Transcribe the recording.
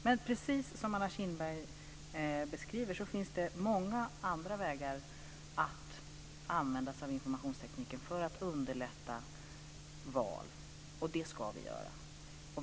Men precis som Anna Kinberg beskriver finns det många andra vägar att använda sig av informationstekniken för att underlätta val, och det ska vi göra.